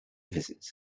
visits